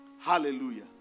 Hallelujah